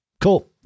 cool